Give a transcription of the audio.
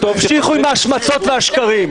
--- תמשיכו עם ההשמצות והשקרים.